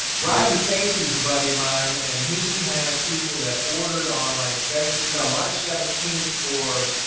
roger casey is a buddy of mine, and he has people that ordered on like you know march seventeenth for,